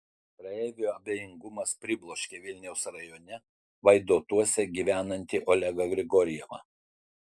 praeivių abejingumas pribloškė vilniaus rajone vaidotuose gyvenantį olegą grigorjevą